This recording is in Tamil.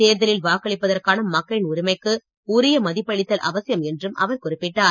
தேர்தலில் வாக்களிப்பதற்கான மக்களின் உரிமைக்கு உரிய மதிப்பளித்தல் அவசியம் என்றும் அவர் குறிப்பிட்டார்